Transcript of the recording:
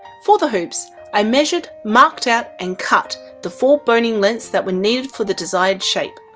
for the hoops, i measured, marked out and cut the four boning lengths that were needed for the desired shape.